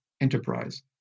enterprise